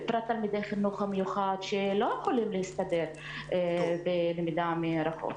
ובמיוחד לתלמידי החינוך המיוחד שלא יכולים להסתדר בלמידה מרחוק.